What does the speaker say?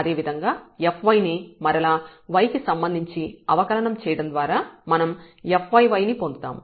అదేవిధంగా fy ని మరలా y కి సంబంధించి అవకలనం చేయడం ద్వారా మనం fyy ని పొందుతాము